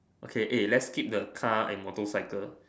okay eh let's skip the car and motorcycle